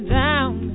down